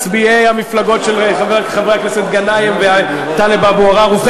מצביעי המפלגות של חברי הכנסת גנאים וטלב אבו עראר.